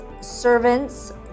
servants